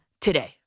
today